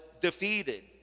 defeated